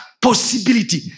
Possibility